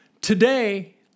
Today